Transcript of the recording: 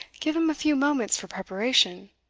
give him a few moments for preparation.